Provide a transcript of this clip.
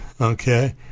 Okay